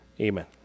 Amen